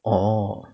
orh